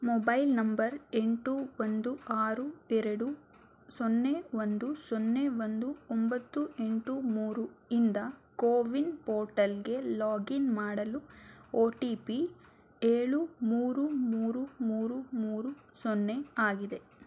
mobile number ಎಂಟು ಒಂದು ಆರು ಎರಡು ಸೊನ್ನೆ ಒಂದು ಸೊನ್ನೆ ಒಂದು ಒಂಬತ್ತು ಎಂಟು ಮೂರು ಇಂದ ಕೋವಿನ್ ಪೋರ್ಟಲ್ಗೆ ಲಾಗಿನ್ ಮಾಡಲು ಒ ಟಿ ಪಿ ಏಳು ಮೂರು ಮೂರು ಮೂರು ಮೂರು ಸೊನ್ನೆ ಆಗಿದೆ